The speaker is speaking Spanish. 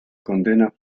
condena